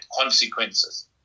consequences